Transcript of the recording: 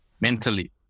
mentally